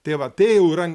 tai va tai jau yra